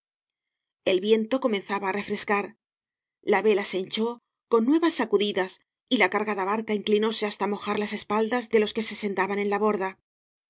el viento comenzaba á refrescar la vela se hinchó con nuevas sacudidas y la cargada barca inclinóse hasta mojar las espaldas de los que se sentaban en la borda en torno de